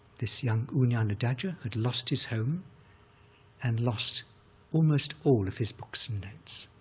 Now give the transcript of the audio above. this young u nanadhaja had lost his home and lost almost all of his books and notes.